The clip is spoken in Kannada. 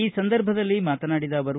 ಈ ಸಂದರ್ಭದಲ್ಲಿ ಮಾತನಾಡಿದ ಅವರು